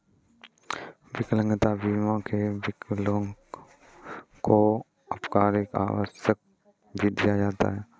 विकलांगता बीमा में विकलांगों को अल्पकालिक अवकाश भी दिया जाता है